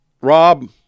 Rob